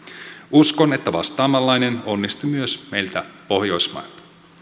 uskon että vastaavanlainen onnistuu myös meiltä pohjoismailta